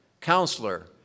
Counselor